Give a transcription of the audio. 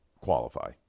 qualify